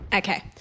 Okay